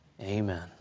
Amen